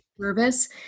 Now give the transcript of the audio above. service